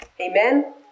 Amen